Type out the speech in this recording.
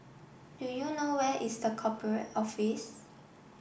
do you know where is The Corporate Office